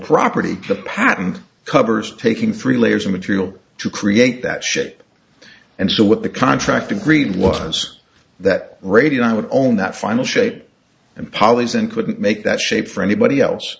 property the patent covers taking three layers of material to create that shape and so what the contract agreed was that radio i would own that final shape and polys and couldn't make that shape for anybody else